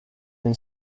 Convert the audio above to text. been